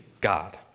God